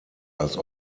als